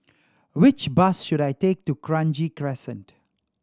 which bus should I take to Kranji Crescent